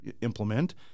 implement